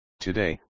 Today